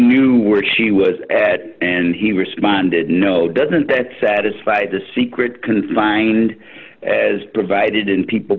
knew where she was and he responded no doesn't that satisfy the secret confined as provided in people